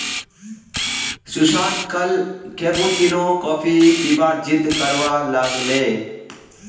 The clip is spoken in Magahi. सुशांत कल कैपुचिनो कॉफी पीबार जिद्द करवा लाग ले